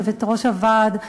יושבת-ראש הוועד,